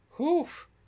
Oof